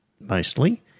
mostly